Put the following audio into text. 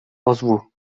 ozvu